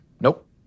Nope